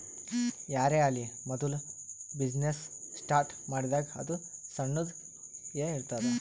ಯಾರೇ ಆಲಿ ಮೋದುಲ ಬಿಸಿನ್ನೆಸ್ ಸ್ಟಾರ್ಟ್ ಮಾಡಿದಾಗ್ ಅದು ಸಣ್ಣುದ ಎ ಇರ್ತುದ್